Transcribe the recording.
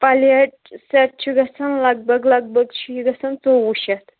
plate set چھُ گَژھان لگ بگ لگ بگ چھِ یہِ گَژھان ژوٚوُہ شَتھ